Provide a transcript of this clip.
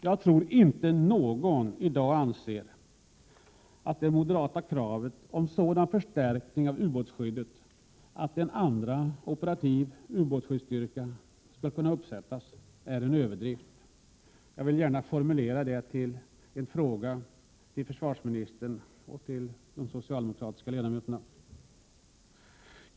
Jag tror inte att någon i dag anser att det moderata kravet om sådan förstärkning av ubåtsskyddet att en andra operativ ubåtsskyddsstyrka skall kunna sättas upp är en överdrift. Jag vill att försvarsministern och de socialdemokratiska ledamöterna skall kommentera detta.